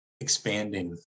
Expanding